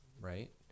Right